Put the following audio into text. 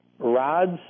Rods